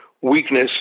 weakness